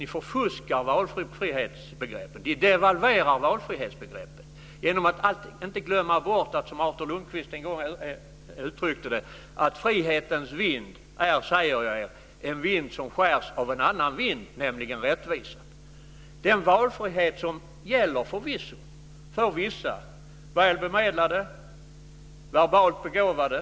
Ni förfuskar valfrihetsbegreppet. Ni devalverar valfrihetsbegreppet genom att glömma bort det som Artur Lundkvist en gång uttryckte: Frihetens vind är, säger jag er, en vind som skärs av en annan vind, nämligen rättvisan. Det finns förvisso en valfrihet för vissa väl bemedlade och verbalt begåvade.